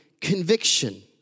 conviction